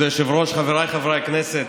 כבוד היושב-ראש, חבריי חברי הכנסת,